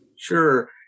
Sure